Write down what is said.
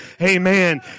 Amen